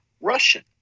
Russian